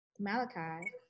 Malachi